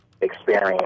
experience